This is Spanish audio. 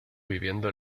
viviendo